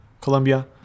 Colombia